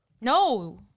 No